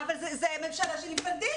סליחה, אבל זה ממשלה של אינפנטילים.